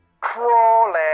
Crawling